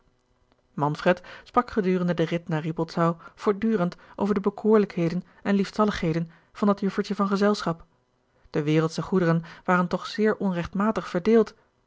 manfred sprak gedurende den rid naar rippoldsau voortdurend over de bekoorlijkheden en lieftalligheden van dat juffertje van gezelschap de wereldsche goederen waren toch zeer onrechtmatig verdeeld